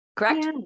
Correct